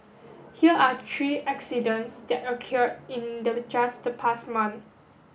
here are three accidents that occurred in the just the past month